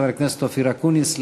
חבר הכנסת אופיר אקוניס,